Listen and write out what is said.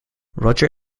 roger